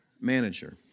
manager